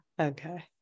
okay